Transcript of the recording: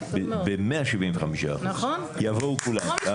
ל-17:00 ב-175% יבואו כולם.